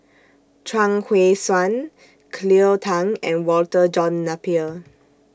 Chuang Hui Tsuan Cleo Thang and Walter John Napier